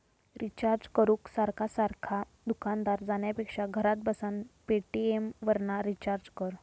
recharge करूक सारखा सारखा दुकानार जाण्यापेक्षा घरात बसान पेटीएमवरना रिचार्ज कर